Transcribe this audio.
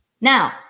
Now